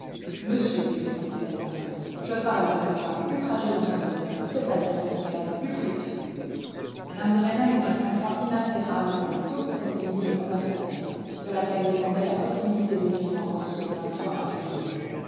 monsieur lui répondit-elle enfin je parle comme une femme outragée dans son honneur c'est-à-dire dans ce qu'elle a de plus précieux mme de rênal eut un sang-froid inaltérable pendant toute cette pénible conversation de laquelle dépendait la possibilité de vivre encore sous le même toit avec julien